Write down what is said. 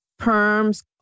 perms